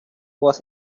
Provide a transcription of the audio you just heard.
was